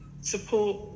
support